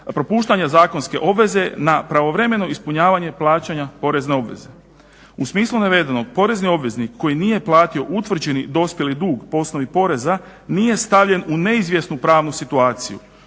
propuštanja zakonske obveze na pravovremeno ispunjavanje plaćanja porezne obveze. U smislu navedenog porezni obveznik koji nije platio utvrđeni dospjeli dug po osnovi poreza nije stavljen u neizvjesnu pravnu situaciju.